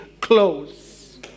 close